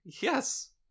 Yes